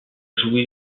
joué